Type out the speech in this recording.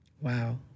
Wow